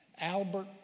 Albert